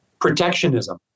Protectionism